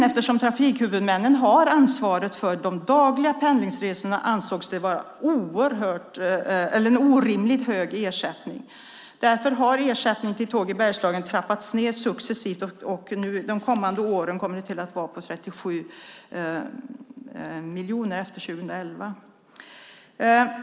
Eftersom trafikhuvudmännen har ansvaret för de dagliga pendlingsresorna ansågs det vara en orimligt hög ersättning. Därför har ersättningen till Tåg i Bergslagen trappats ned successivt. De kommande åren efter 2011 kommer den att vara 37 miljoner.